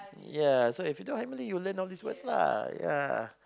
ya so if you do higher Malay you will learn all these words lah ya